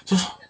so